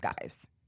guys